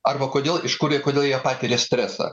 arba kodėl iš kur jie kodėl jie patiria stresą